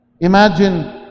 Imagine